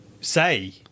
say